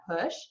push